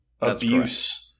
abuse